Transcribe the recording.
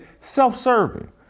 self-serving